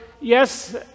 yes